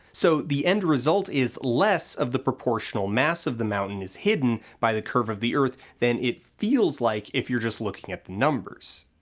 so the end result is less of the proportional mass of the mountain is hidden by the curve of the earth than it feels like if you're just looking at the numbers.